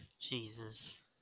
Jesus